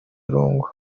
irungu